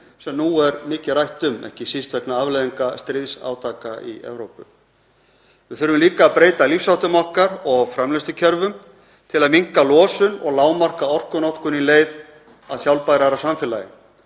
sem nú er mikið rætt um, ekki síst vegna afleiðinga stríðsátaka í Evrópu. Við þurfum líka að breyta lífsháttum okkar og framleiðslukerfum til að minnka losun og lágmarka orkunotkun í leið að sjálfbærara samfélagi.